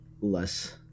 less